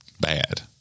bad